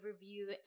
review